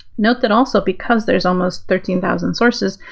note that also because there's almost thirteen thousand sources,